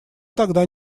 тогда